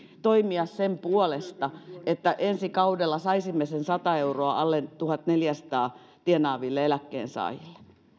toimia sen puolesta että ensi kaudella saisimme sen sata euroa alle tuhatneljäsataa euroa tienaaville eläkkeensaajille